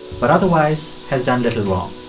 but otherwise has done little wrong.